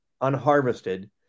unharvested